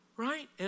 Right